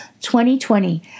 2020